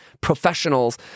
professionals